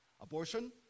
Abortion